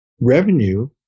revenue